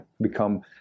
become